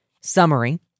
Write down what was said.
summary